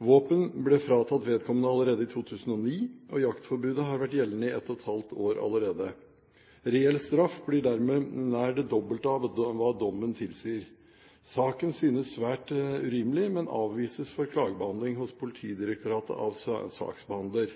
Våpen ble fratatt vedkommende allerede i 2009, og jaktforbud har vært gjeldende i halvannet år allerede. Reell straff blir dermed nær det dobbelte av hva dommen tilsier. Saken synes svært urimelig, men avvises for klagebehandling hos Politidirektoratet av saksbehandler.